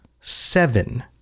seven